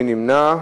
מי נמנע?